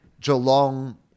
Geelong